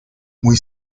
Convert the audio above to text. muy